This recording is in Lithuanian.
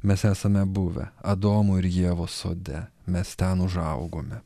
mes esame buvę adomo ir ievos sode mes ten užaugome